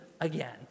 again